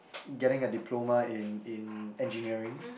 getting a diploma in in engineering